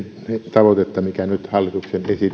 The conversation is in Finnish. tavoitetta mikä nyt hallituksen esityksessä on